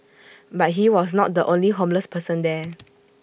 but he was not the only homeless person there